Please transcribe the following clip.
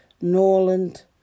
Norland